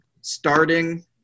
starting